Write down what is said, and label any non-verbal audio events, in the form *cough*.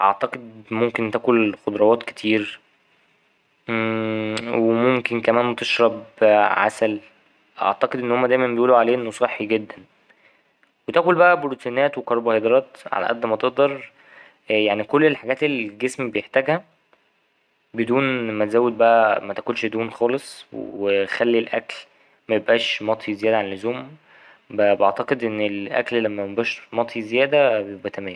أعتقد ممكن تاكل خضراوات كتير *hesitation* وممكن كمان تشرب عسل أعتقد ان هما دايما بيقولوا عليه انه صحي جدا وتاكل بقي بروتينات وكربوهيدرات على اد ما تقدر يعني كل الحاجات اللي الجسم بيحتاجها بدون ما تزود بقى ماتاكلش دهون خالص وخلي الأكل ميبقاش مطهي زيادة عن اللزم بعتقد إن الأكل لما ميبقاش مطهي زيادة بيبقى تمام.